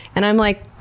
and i'm like,